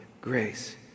grace